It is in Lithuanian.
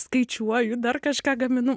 skaičiuoju dar kažką gaminu